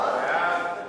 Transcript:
רבותי, חבר הכנסת,